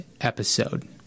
episode